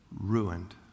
ruined